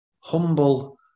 Humble